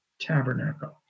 tabernacle